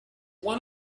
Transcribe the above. one